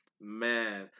Man